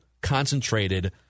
concentrated